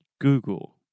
Google